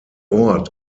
ort